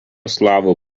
slavų